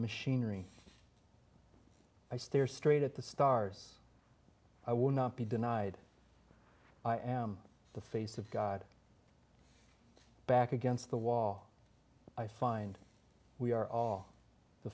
machinery i stare straight at the stars i will not be denied i am the face of god back against the wall i find we are all the